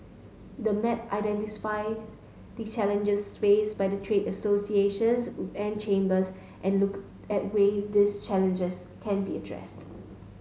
the map identifies the challenges face by trade associations and chambers and look at ways these challenges can be addressed